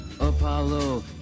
Apollo